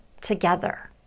together